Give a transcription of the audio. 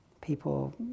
People